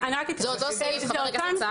זה אותו סעיף.